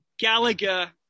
Gallagher